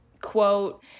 Quote